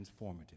transformative